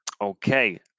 Okay